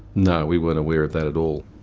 no, we weren't aware of that at all.